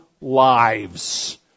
lives